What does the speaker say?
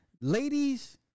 Ladies